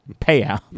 payout